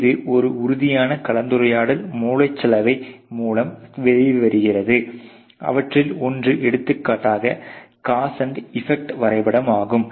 இது ஒரு உறுதியான கலந்துரையாடல் மூளைச்சலவை மூலம் வெளிவருகிறது அவற்றில் ஒன்று எடுத்துக்காட்டாக காஸ் மற்றும் எபெக்ட் வரைபடம் ஆகும்